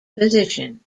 position